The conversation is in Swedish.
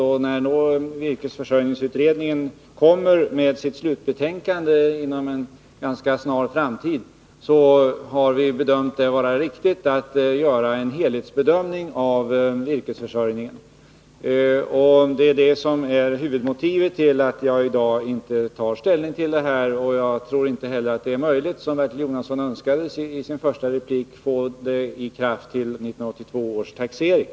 Vi har bedömt det vara riktigt att göra en helhetsbedömning av virkesförsörjningen i samband med att virkesförsörjningsutredningen kommer med sitt slutbetänkande inom en ganska snar framtid. Det är huvudmotivet till att jag i dag inte tar ställning till det här. Inte heller tror jag att det är möjligt att, som Bertil Jonasson önskade i sitt första inlägg, få ett ikraftträdande till 1982 års taxering.